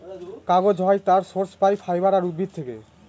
কাগজ হয় তার সোর্স পাই ফাইবার আর উদ্ভিদ থেকে